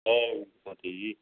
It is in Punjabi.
ਵਾਹਿਗੁਰੂ ਜੀ ਕੀ ਫਤਿਹ ਜੀ